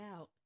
out